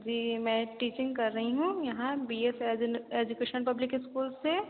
जी मैं टीचिंग कर रही हूँ यहाँ B S education public school से